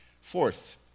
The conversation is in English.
fourth